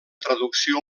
traducció